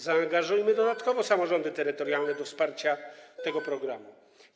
Zaangażujmy dodatkowo samorządy terytorialne do wsparcia tego programu.